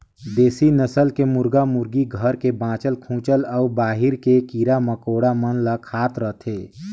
देसी नसल के मुरगा मुरगी घर के बाँचल खूंचल अउ बाहिर के कीरा मकोड़ा मन ल खात रथे